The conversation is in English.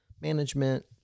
management